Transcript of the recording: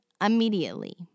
immediately